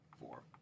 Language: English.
Four